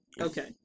Okay